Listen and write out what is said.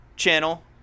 channel